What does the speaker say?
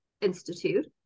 institute